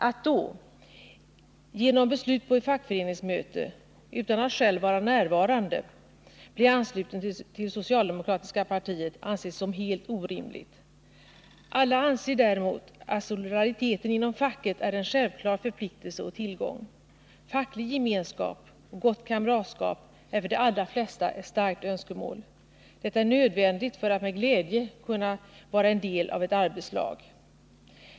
Att då, genom beslut på ett fackföreningsmöte, utan att själv vara närvarande bli ansluten till socialdemokratiska partiet anses som helt orimligt. Alla anser däremot att solidariteten inom facket är en självklar förpliktelse och tillgång. Facklig gemenskap och gott kamratskap är för de allra flesta ett starkt önskemål. Det är nödvändigt för att man med glädje skall kunna vara en del av ett arbetslag.